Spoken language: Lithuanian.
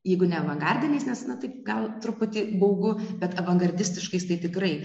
jeigu ne avangardiniais nes na tai gal truputį baugu bet avangardistiškais tai tikrai